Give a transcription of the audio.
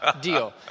Deal